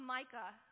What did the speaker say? Micah